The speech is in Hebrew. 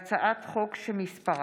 הצעת חוק פיקוח על בתי ספר